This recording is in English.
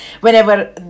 Whenever